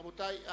רבותי,